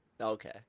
okay